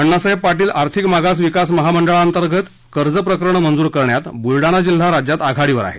अण्णासाहेब पाटील आर्थिक मागास विकास महामंडळातंगत कर्ज प्रकरणं मंजूर करण्यात बुलडाणा जिल्हा राज्यात आघाडीवर आहे